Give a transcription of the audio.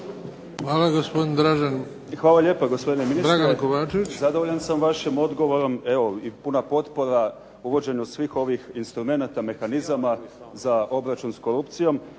Dragan (HDZ)** Hvala lijepa gospodine ministre. Zadovoljan sam vašim odgovorom. Evo i puna potpora uvođenju svih ovih instrumenata, mehanizama za obračun s korupcijom.